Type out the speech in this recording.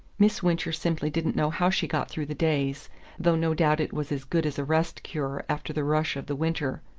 miss wincher simply didn't know how she got through the days though no doubt it was as good as a rest-cure after the rush of the winter.